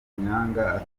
amanyanga